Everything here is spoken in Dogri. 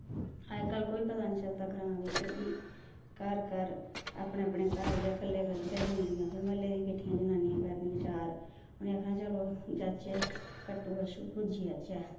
अज्जकल कोई पता निं चलदा ग्रांऽ बिच्च बी घर घर अपने अपने घर गै कल्ले कल्ले गै जंदियां फ्ही म्हल्ले दियां किट्ठियां जनानियां करनियां चार उ'नें आखना चलो जाच्चै कट्टु बच्छू पूजी औचै